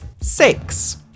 Six